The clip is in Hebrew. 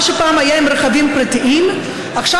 עכשיו,